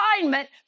assignment